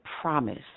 promise